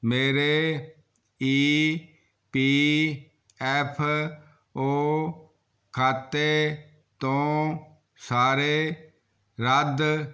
ਮੇਰੇ E P F O ਖਾਤੇ ਤੋਂ ਸਾਰੇ ਰੱਦ